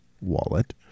wallet